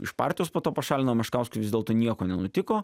iš partijos po to pašalino meškauskui vis dėlto nieko nenutiko